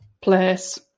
place